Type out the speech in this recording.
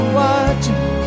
watching